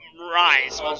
Rise